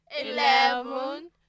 eleven